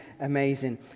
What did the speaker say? amazing